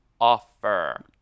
offer